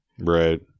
Right